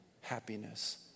happiness